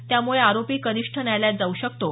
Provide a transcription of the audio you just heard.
त्यामुळे आरोपी कनिष्ठ न्यायालयात जाऊ शकतो